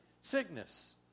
Sickness